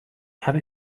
have